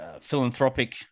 philanthropic